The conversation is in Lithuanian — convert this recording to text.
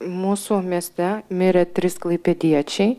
mūsų mieste mirė trys klaipėdiečiai